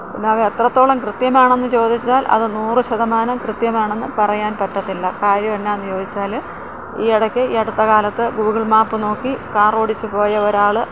പിന്നത് എത്രത്തോളം കൃത്യമാണെന്ന് ചോദിച്ചാൽ അത് നൂറ് ശതമാനം കൃത്യമാണെന്ന് പറയാൻ പറ്റത്തില്ല കാര്യം എന്താന്ന് ചോദിച്ചാല് ഈ ഇടക്ക് ഈ അടുത്ത കാലത്ത് ഗൂഗിൾ മാപ്പ് നോക്കി കാറോടിച്ച് പോയ ഒരാള്